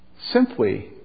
simply